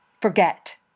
forget